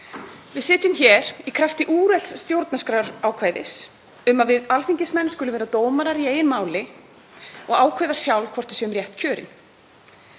Við sitjum hér í krafti úrelts ákvæðis um að við alþingismenn skulum vera dómarar í eigin máli og ákveða sjálf hvort við séum rétt kjörin.